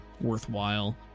worthwhile